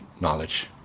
knowledge